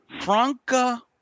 Franca